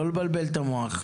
לא לבלבל את המוח.